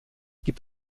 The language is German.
gibt